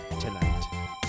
tonight